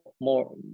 more